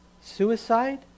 Suicide